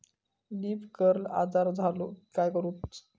Leaf curl आजार झालो की काय करूच?